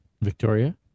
Victoria